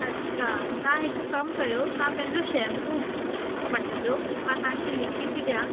अच्छा तव्हां हिकु कमु कयो तव्हां पंहिंजो शैंम्पू मटिजो मां तव्हांखे लिखी थी ॾिया